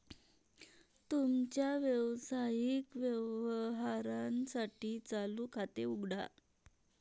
तुमच्या व्यावसायिक व्यवहारांसाठी चालू खाते उघडा